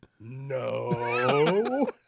no